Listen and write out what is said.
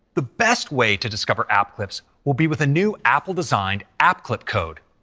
the best way to discover app clips will be with the new apple designed app clip code.